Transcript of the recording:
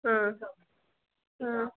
ಹಾಂ ಹಾಂ